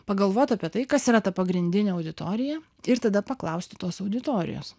pagalvot apie tai kas yra ta pagrindinė auditorija ir tada paklausti tos auditorijos